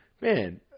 man